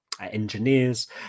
engineers